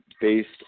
based